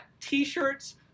t-shirts